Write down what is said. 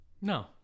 no